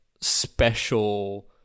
special